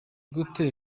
gute